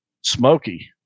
smoky